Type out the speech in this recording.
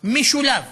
משולב